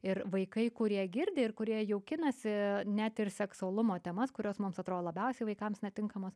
ir vaikai kurie girdi ir kurie jaukinasi net ir seksualumo temas kurios mums atrodo labiausiai vaikams netinkamos